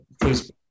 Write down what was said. please